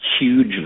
huge